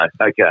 okay